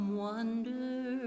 wonder